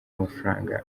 mafaranga